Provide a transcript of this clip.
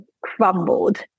crumbled